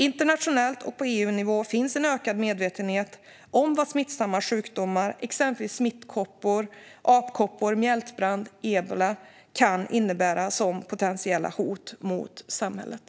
Internationellt och på EU-nivå finns en ökad medvetenhet om vad smittsamma sjukdomar - exempelvis smittkoppor, apkoppor, mjältbrand, ebola - kan innebära som potentiella hot mot samhället.